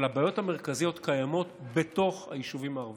אבל הבעיות המרכזיות קיימות בתוך היישובים הערביים,